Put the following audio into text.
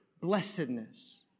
blessedness